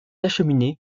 acheminée